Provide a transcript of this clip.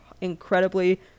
incredibly